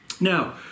Now